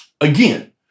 Again